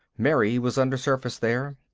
mary was undersurface there.